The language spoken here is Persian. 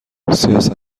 سیاست